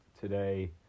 today